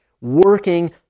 working